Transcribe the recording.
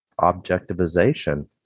objectivization